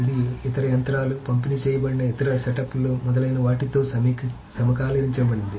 ఇది ఇతర యంత్రాలు పంపిణీ చేయబడిన ఇతర సెటప్లు మొదలైన వాటితో సమకాలీకరించబడుతుంది